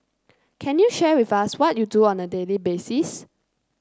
can you share with us what you do on the daily basis